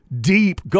deep